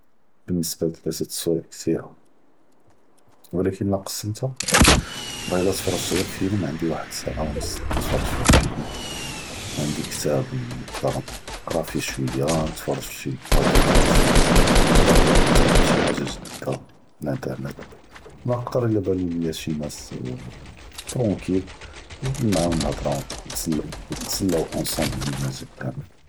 באלניסבה לתלאת דסוואע כיתה אבל לא קסמתה ואללה לא תפרג’ת האד פילם ענדי וחד שעה ונס תפרג’ פיהא פילם ענדי כיטאב נקדר נקרא פיהו שוייה, נתפרג’ פ שי פודקאסט נקדר נתעלם שי חאגה חדיה מן אלאינטרנט מא קטלרב מן שי אנאס טרונקיל נג’יב מעהם להדרה נתסל נתסלאו אונסומבל.